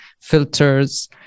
filters